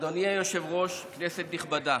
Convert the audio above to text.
אדוני היושב-ראש, כנסת נכבדה,